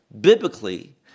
biblically